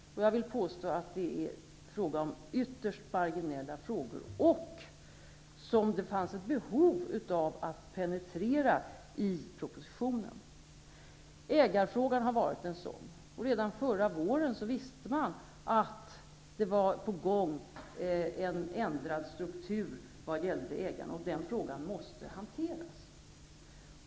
Jag vill påstå att det rör sig om ytterst marginella frågor, och det fanns ett behov av att penetrera dessa i propositionen. Ägarfrågan har varit en sådan fråga. Redan förra våren visste man att en ändrad struktur vad gällde ägarförhållandena var på gång, och den frågan måste hanteras.